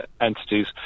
entities